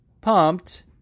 pumped